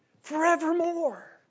forevermore